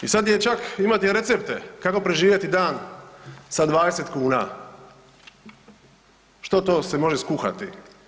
I sad čak imate i recepte kako preživjeti dan sa 20 kuna, što to se može skuhati.